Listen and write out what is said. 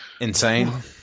Insane